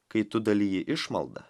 kai tu daliji išmaldą